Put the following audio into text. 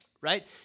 right